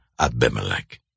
Abimelech